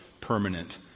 permanent